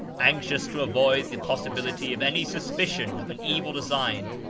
anxious to avoid the possibility of any suspicion of an evil design,